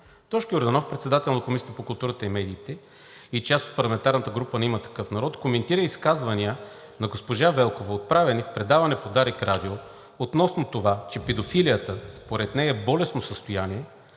Тошко Йорданов, председател на Комисията по културата и медиите, и част от парламентарната група на „Има такъв народ“, коментира изказвания на госпожа Велкова, отправени в предаване по Дарик радио относно това, че педофилията, според нея, е болестно състояние,